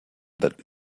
that